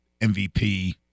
MVP